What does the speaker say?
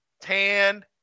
tan